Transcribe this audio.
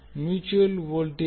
mutual voltage